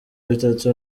bitatu